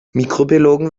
mikrobiologen